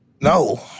No